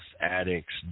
Addicts